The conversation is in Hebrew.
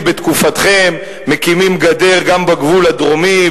הציבור רואה שבשונה מבתקופתכם מקימים גדר גם בגבול הדרומי,